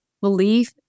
belief